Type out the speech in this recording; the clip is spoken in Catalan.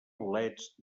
bolets